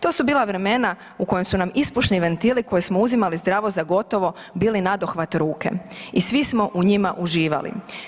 To su bila vremena u kojima su nam ispušni ventili koje smo uzimali zdravo za gotovo bili nadohvat ruke i svi smo u njima uživali.